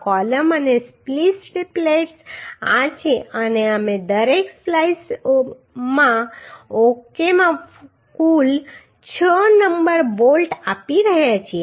તો કૉલમ અને spliced plates આ છે અને અમે દરેક સ્પ્લાઈસ ઓકેમાં કુલ છ નંબરના બોલ્ટ આપી રહ્યા છીએ